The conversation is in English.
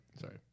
Sorry